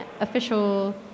official